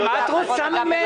אורלי, מה את רוצה ממנו?